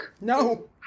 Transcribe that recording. No